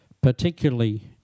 particularly